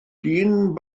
dyn